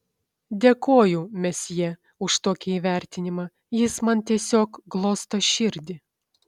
dėkoju mesjė už tokį įvertinimą jis man tiesiog glosto širdį